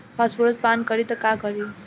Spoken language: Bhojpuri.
फॉस्फोरस पान करी त का करी?